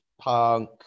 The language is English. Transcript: Punk